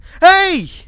hey